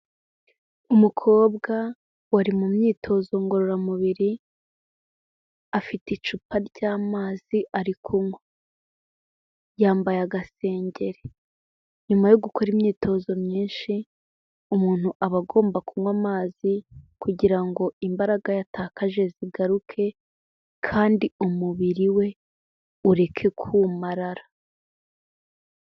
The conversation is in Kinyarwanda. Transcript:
Umukobwa wari mu myitozo ngororamubiri, afite icupa ry'amazi ari kunywa. Yambaye agasengeri, nyuma yo gukora imyitozo myinshi, umuntu aba agomba kunywa amazi, kugira ngo imbaraga yatakaje zigaruke, kandi umubiri we, ureke kumarara.